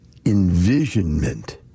envisionment